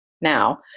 now